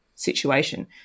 situation